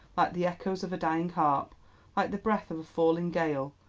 the echoes of a dying harp, like the breath of a falling gale,